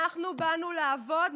אנחנו באנו לעבוד.